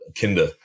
Kinder